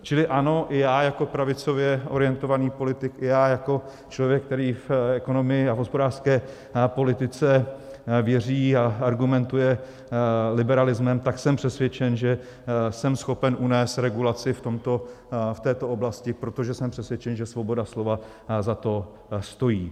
Čili ano, já jako pravicově orientovaný politik i já jako člověk, který v ekonomii a hospodářské politice věří a argumentuje liberalismem, tak jsem přesvědčen, že jsem schopen unést regulaci v této oblasti, protože jsem přesvědčen, že svoboda slova za to stojí.